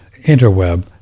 interweb